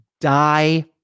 Die